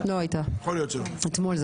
ועוד איך, לחוסנה של הדמוקרטיה של מדינת ישראל.